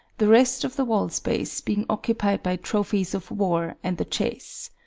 the rest of the wall space being occupied by trophies of war and the chase.